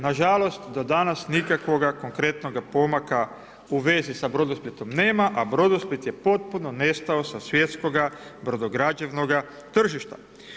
Na žalost do danas nikakvoga konkretnoga pomaka u vezi sa Brodosplitom nema, a Brodosplit je potpuno nestao sa svjetskoga brodograđevnoga tržišta.